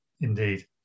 indeed